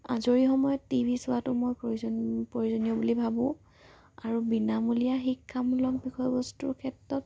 আজৰি সময়ত T V চোৱাটো মই প্ৰয়োজন প্ৰয়োজনীয় বুলি ভাবোঁ আৰু বিনামূলীয়া শিক্ষামূলক বিষয়বস্তুৰ ক্ষেত্ৰত